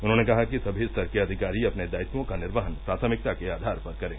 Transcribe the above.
उन्होंने कहा कि सभी स्तर के अधिकारी अपने दायित्वों का निर्वहन प्राथमिकता के आधार पर करें